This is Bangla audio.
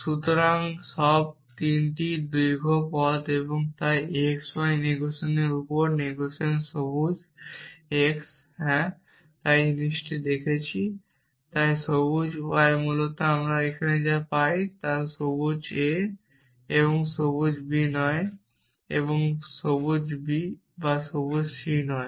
সুতরাং সব 3টিই দীর্ঘ পথ তাই x y নেগেশানের উপর নেগেশান সবুজ x হ্যাঁ সেখানে জিনিসটা দেখেছি এবং সবুজ y মূলত আমরা এখানে যা পাই তা সবুজ a এবং সবুজ b নয় এবং সবুজ b বা সবুজ c নয়